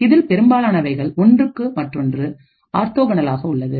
இதில்பெரும்பாலானவைகள் ஒன்றுக்கு மற்றொன்று ஆர்த்தோகனலாக உள்ளது